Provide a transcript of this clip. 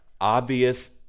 obvious